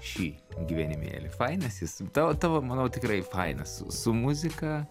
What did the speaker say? šį gyvenimėlį fainas jis tavo tavo manau tikrai fainas su su muzika